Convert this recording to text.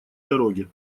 дороге